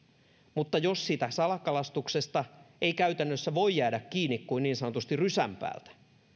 mutta jos siitä salakalastuksesta ei käytännössä voi jäädä kiinni kuin niin sanotusti rysän päältä